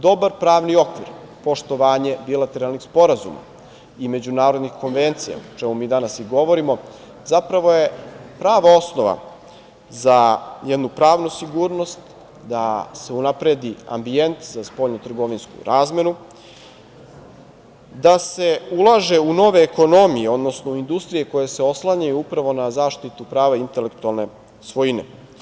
Dobar pravni okvir, poštovanje bilateralnih sporazuma i međunarodnih konvencija, o čemu mi danas i govorimo zapravo je prava osnova za jednu pravnu sigurnost, da se unapredi ambijent za spoljnotrgovinsku razmenu, da se ulaže u nove ekonomije, odnosno industrije koje se oslanjaju upravo na zaštitu prava i intelektualne svojine.